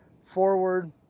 forward